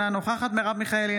אינה נוכחת מרב מיכאלי,